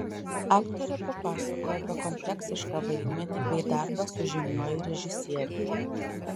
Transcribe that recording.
aktorė papasakojo apie kompleksišką vaidmenį bei darbą su žymiuoju režisieriumi